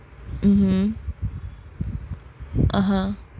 (uh huh) (uh huh)